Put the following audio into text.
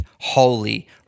holy